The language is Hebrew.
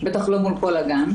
בטח לא מול כל הגן.